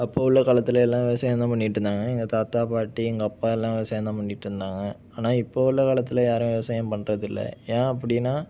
அப்போது உள்ள காலத்தில் எல்லாம் விவசாயந்தான் பண்ணிட்டு இருந்தாங்க எங்கள் தாத்தா பாட்டி எங்கள் அப்பா எல்லாம் விவசாயந்தான் பண்ணிட்டிருந்தாங்க ஆனால் இப்போது உள்ள காலத்தில் யாரும் விவசாயம் பண்றதில்லை ஏன் அப்படின்னா